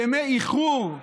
ימי איחור,